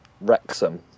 Wrexham